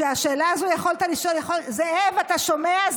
שהשאלה הזו, זאב, אתה שומע?